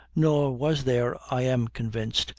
nor was there, i am convinced,